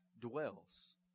dwells